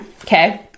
Okay